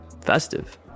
festive